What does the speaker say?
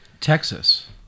Texas